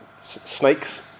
snakes